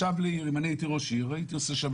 אם אני הייתי ראש עיר, הייתי